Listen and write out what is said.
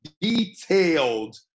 detailed